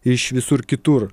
iš visur kitur